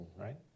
right